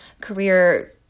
career